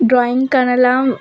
drawing करण लाइ